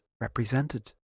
represented